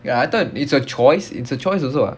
ya I thought it's a choice it's a choice also ah